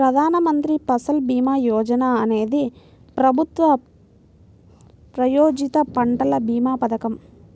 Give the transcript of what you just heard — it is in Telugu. ప్రధాన్ మంత్రి ఫసల్ భీమా యోజన అనేది ప్రభుత్వ ప్రాయోజిత పంటల భీమా పథకం